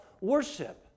worship